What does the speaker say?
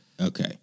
Okay